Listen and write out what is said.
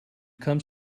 comes